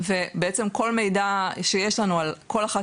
ובעצם כל מידע שיש לנו על כל אחת